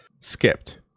Skipped